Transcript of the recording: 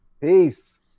Peace